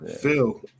Phil